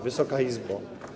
Wysoka Izbo!